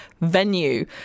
venue